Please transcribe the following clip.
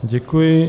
Děkuji.